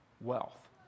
wealth